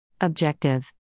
Objective